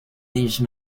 these